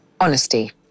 Honesty